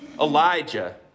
Elijah